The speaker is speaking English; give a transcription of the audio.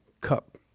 cup